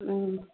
ꯎꯝ